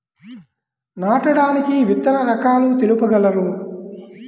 నాటడానికి విత్తన రకాలు తెలుపగలరు?